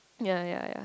ya ya ya